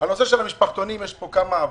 בנושא הזה יש כמה עוולות.